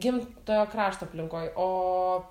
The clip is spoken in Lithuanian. gimtojo krašto aplinkoj o